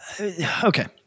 okay